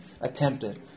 attempted